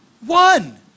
one